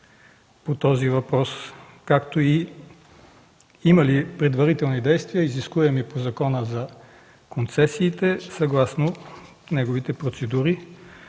по този въпрос, както и има ли предварителни действия, изискуеми по Закона за концесиите, съгласно неговите процедури?